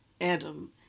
Adam